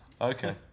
Okay